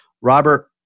Robert